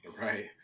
Right